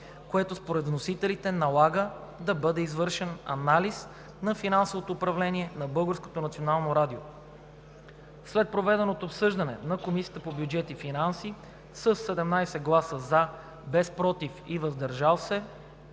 което според вносителите налага да бъде извършен анализ на финансовото управление на Българското национално радио. След проведеното обсъждане на Комисията по бюджет и финанси със 17 гласа „за“, без „против“ и „въздържал се“